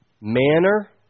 manner